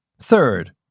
Third